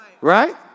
Right